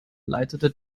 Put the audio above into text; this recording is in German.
leitete